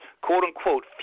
quote-unquote